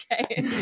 Okay